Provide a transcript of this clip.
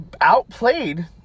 outplayed